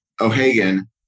O'Hagan